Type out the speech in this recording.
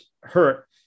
hurt